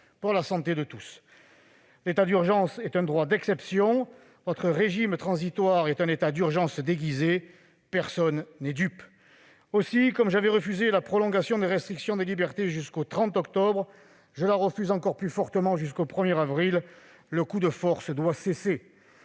pour la santé de tous. L'état d'urgence est un droit d'exception. Votre régime transitoire est un état d'urgence déguisé. Personne n'est dupe ! Aussi, comme j'avais refusé la prolongation des restrictions de libertés jusqu'au 30 octobre, je la refuse encore plus fortement jusqu'au 1 avril prochain. Le coup de force doit cesser